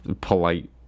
polite